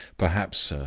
perhaps, sir,